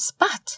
Spot